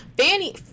Fanny